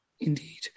Indeed